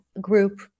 group